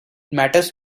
matters